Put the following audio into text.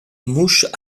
mouche